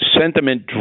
sentiment